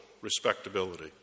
respectability